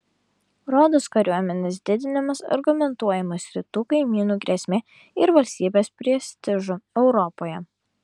rodos kariuomenės didinimas argumentuojamas rytų kaimynų grėsme ir valstybės prestižu europoje